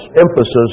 emphasis